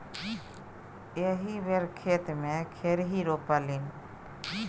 एहि बेर खेते मे खेरही रोपलनि